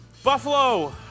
Buffalo